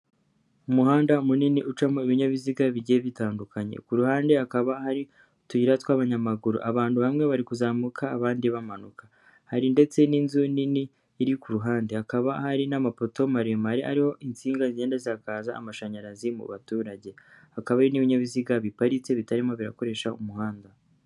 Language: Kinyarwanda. Umuhanda munini ucamo ibinyabiziga bigiye bitandukanye, ku ruhande hakaba hari utuyira tw'abanyamaguru, abantu bamwe bari kuzamuka abandi bamanuka, hari ndetse n'inzu nini iri ku ruhande, hakaba hari n'amapoto maremare ariho insinga zigenda zisakaza amashanyarazi mu baturage, hakaba hari n'ibinyabiziga biparitse bitarimo birakoresha umuhanda.